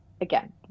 Again